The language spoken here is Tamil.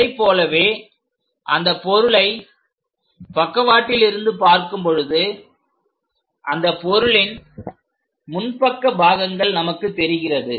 இதைப்போலவே அந்த பொருளை பக்கவாட்டில் இருந்து பார்க்கும் பொழுது அந்த பொருளின் முன்பக்க பாகங்கள் நமக்கு தெரிகிறது